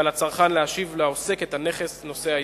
ועל הצרכן להשיב לעוסק את הנכס נושא העסקה.